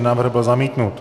Návrh byl zamítnut.